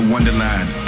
Wonderland